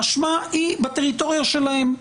האשמה היא בטריטוריה שלהם.